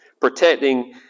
protecting